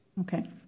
Okay